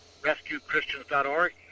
rescuechristians.org